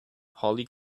holly